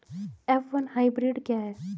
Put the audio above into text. F one hybrid क्या है?